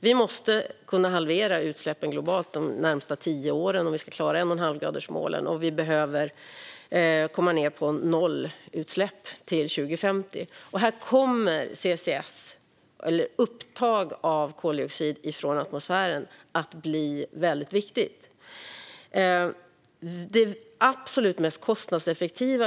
Vi måste halvera utsläppen globalt de närmaste tio åren om vi ska klara 1,5-gradersmålet, och vi behöver komma ned på nollutsläpp till år 2050. Här kommer CCS eller upptag av koldioxid från atmosfären att bli viktigt. Johan Hultberg nämnde ordet kostnadseffektiv.